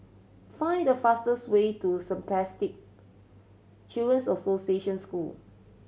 find the fastest way to Spastic Children's Association School